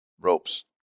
ropes